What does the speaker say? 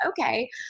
okay